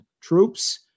troops